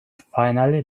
finally